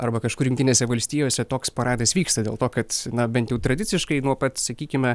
arba kažkur jungtinėse valstijose toks paradas vyksta dėl to kad na bent jau tradiciškai nuo pat sakykime